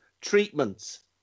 treatments